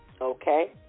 okay